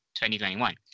2021